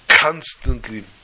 Constantly